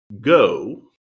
Go